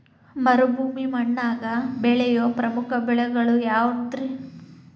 ಮರುಭೂಮಿ ಮಣ್ಣಾಗ ಬೆಳೆಯೋ ಪ್ರಮುಖ ಬೆಳೆಗಳು ಯಾವ್ರೇ?